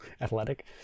athletic